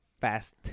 Fast